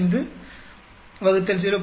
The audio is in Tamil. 125 0